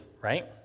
right